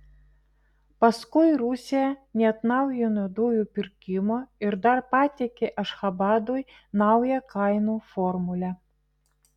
paskui rusija neatnaujino dujų pirkimo ir dar pateikė ašchabadui naują kainų formulę